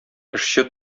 эшче